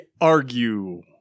argue